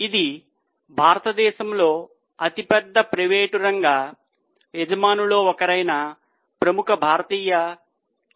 ఇది భారతదేశంలో అతిపెద్ద ప్రైవేట్ రంగ యజమానులలో ఒకరైన ప్రముఖ భారతీయ MNC